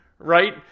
Right